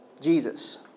Jesus